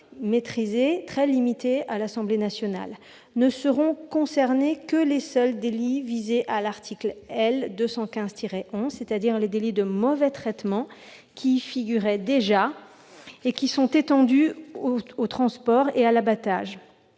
très limité par l'Assemblée nationale : seront concernés les seuls délits visés à l'article L. 215-11 dudit code, c'est-à-dire les délits de mauvais traitements qui y figuraient déjà, et qui sont étendus au transport et à l'abattage,